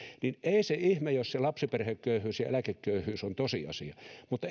ei se ihme jos se lapsiperheköyhyys ja eläkeköyhyys ovat tosiasioita mutta